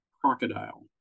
crocodile